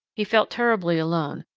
he felt terribly alone,